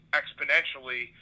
exponentially